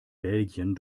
belgien